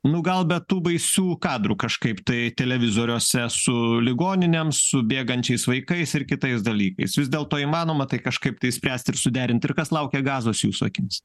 nu gal be tų baisių kadrų kažkaip tai televizoriuose su ligoninėm su bėgančiais vaikais ir kitais dalykais vis dėlto įmanoma tai kažkaip tai spręst ir suderint ir kas laukia gazos jūsų akimis